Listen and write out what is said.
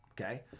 okay